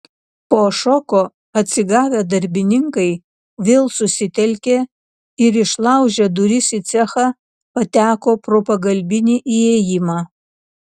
po šoko atsigavę darbininkai vėl susitelkė ir išlaužę duris į cechą pateko pro pagalbinį įėjimą